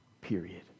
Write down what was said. Period